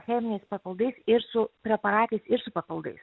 cheminiais papildais ir su preparatais ir su papildais